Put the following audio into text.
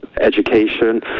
education